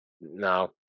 no